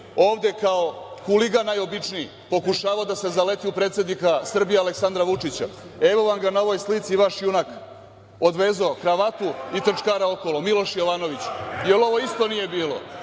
ovde kao huligan najobičniji pokušavao da se zaleti u predsednika Srbije Aleksandra Vučića. Evo vam ga na ovoj slici vaš junak. Odvezao kravatu i trčkara okolo – Miloš Jovanović. Jel ovo isto nije bilo?